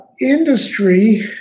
Industry